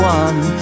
one